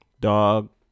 dog